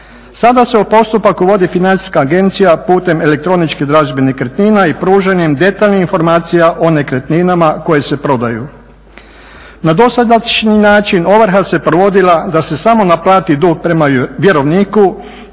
Sada se u postupak uvodi financijska agencija putem elektroničke dražbe nekretnina i pružanjem detaljnih informacija o nekretninama koje se prodaju. Na dosadašnji način ovrha se provodila da se samo naplati dug prema vjerovniku